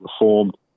reformed